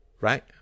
right